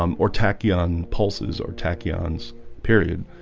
um or tachyon pulses or tachyons period